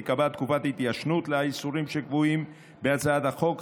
תיקבע תקופת התיישנות לאיסורים שקבועים בהצעת החוק,